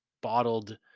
bottled